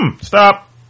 stop